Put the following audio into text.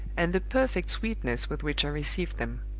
and the perfect sweetness with which i received them.